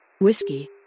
Whiskey